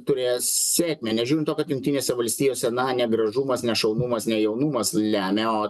turės sėkmę nežiūrint to kad jungtinėse valstijose na negražumas nešaunamas ne jaunumas lemia o